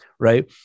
right